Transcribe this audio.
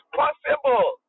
possible